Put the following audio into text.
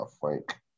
Frank